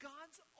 God's